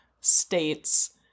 states